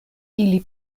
ili